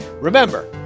Remember